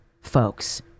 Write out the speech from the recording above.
Folks